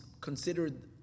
considered